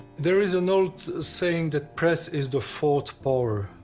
there is an old saying that press is the fourth power.